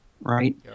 right